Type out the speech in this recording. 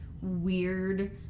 Weird